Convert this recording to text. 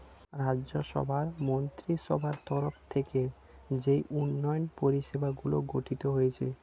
রাজ্য সভার মন্ত্রীসভার তরফ থেকে যেই উন্নয়ন পরিষেবাগুলি গঠিত হয়েছে